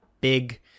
big